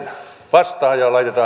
vastaan ja laitetaan asiat liikkeelle